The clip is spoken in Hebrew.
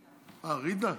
ג'ידא.